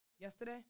Yesterday